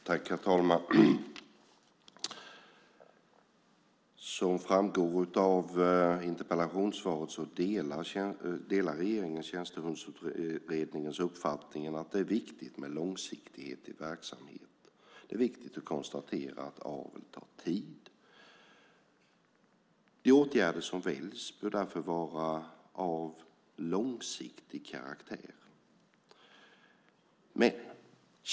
Herr talman! Som framgår av interpellationssvaret delar regeringen Tjänstehundsutredningens uppfattning att det är viktigt med långsiktighet i verksamheten. Det är viktigt att konstatera att avel tar tid. De åtgärder som väljs bör därför vara av långsiktig karaktär.